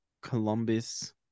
Columbus